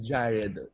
Jared